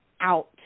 out